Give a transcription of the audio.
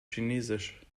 chinesisch